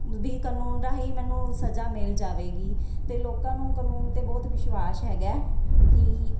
ਵੀ ਕਾਨੂੰਨ ਰਾਹੀਂ ਮੈਨੂੰ ਸਜਾ ਮਿਲ ਜਾਵੇਗੀ ਅਤੇ ਲੋਕਾਂ ਨੂੰ ਕਾਨੂੰਨ 'ਤੇ ਬਹੁਤ ਵਿਸ਼ਵਾਸ ਹੈਗਾ ਕਿ